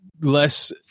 less